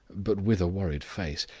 but with a worried face,